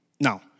Now